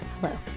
Hello